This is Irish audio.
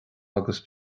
agus